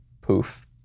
poof